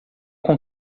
com